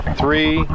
three